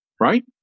right